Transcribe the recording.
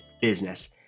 business